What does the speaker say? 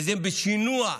וזה בשינוע.